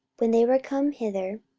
when they were come hither,